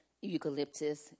eucalyptus